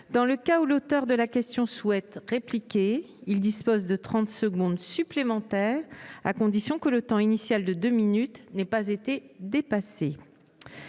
Dans le cas où l'auteur de la question souhaite répliquer, il dispose de trente secondes supplémentaires, à la condition que le temps initial de deux minutes n'ait pas été dépassé.